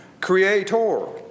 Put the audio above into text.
creator